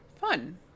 Fun